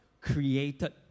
created